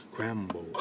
Crambo